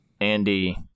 Andy